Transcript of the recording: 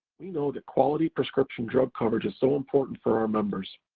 we know that quality prescription drug coverage is so important for our members,